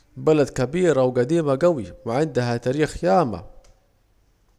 بلد كبيرة وجديمة جوي وعندها تاريخ ياما